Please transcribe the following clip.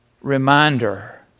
reminder